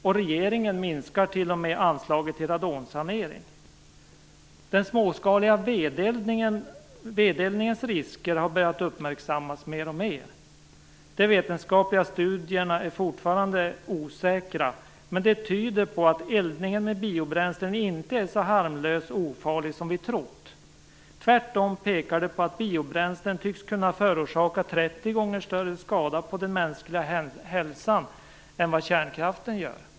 Den småskaliga vedeldningens risker har börjat uppmärksammas mer och mer. De vetenskapliga studierna är fortfarande osäkra, men de tyder på att eldning med biobränslen inte är så harmlöst och ofarligt som vi trott. Tvärtom pekar de på att biobränslen tycks kunna förorsaka 30 gånger större skada på den mänskliga hälsan än vad kärnkraften gör.